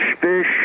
fish